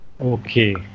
Okay